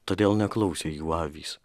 todėl neklausė jų avys